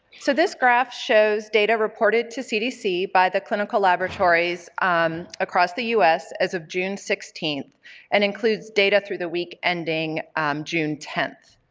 so this graph shows data reported to cdc by the clinical laboratories um across the us as of june sixteenth and includes data through the week ending june tenth.